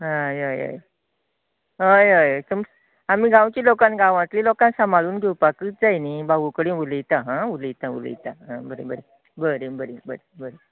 हय हय हय हय हय हय आमी गांवच्या लोकांक गांवतल्या लोकांक सांभाळून घेवपाकूच जाय नी भाऊ कडेन उलयतां आं उलयतां उलयतां उलयतां आ बरें बरें बरें बरें बरें बरें बरें